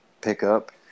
pickup